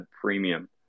premium